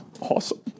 awesome